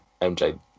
MJ